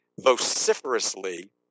vociferously